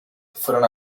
fueron